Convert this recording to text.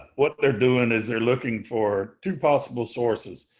what they're doing is they're looking for two possible sources.